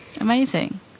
amazing